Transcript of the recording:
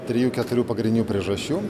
trijų keturių pagrindinių priežasčių